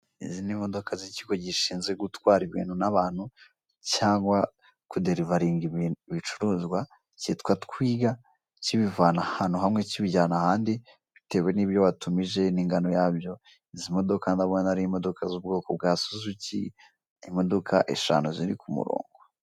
Izi ni imodoka z'ikigo gishizwe gutwara ibintu n'abantu cyangwa kuderivaringa ibicuruzwa cyitwa twiga , kibivana ahantu hamwe kibijyana ahandi bitwe n'ibyo watumije n'ingano yabyo, izi modoka ndabona ari imodoka zo mu bwoko bwa suzuki , imodoka eshanu ziri ku muronko.